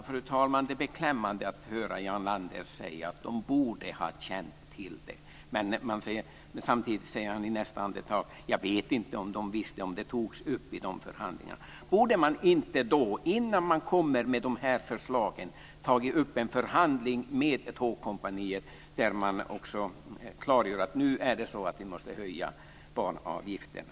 Fru talman! Det är beklämmande att höra Jarl Lander säga att de borde ha känt till det. Men i nästa andetag säger han att han inte vet om de visste om det togs upp i förhandlingarna. Borde man inte, innan man kom med de här förslagen, ha tagit upp en förhandling med Tågkompaniet där man också klargjorde att man måste höja banavgifterna?